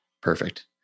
Perfect